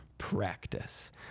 practice